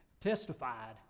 testified